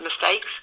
mistakes